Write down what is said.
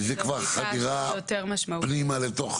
כי זו כבר חדירה פנימה לתוך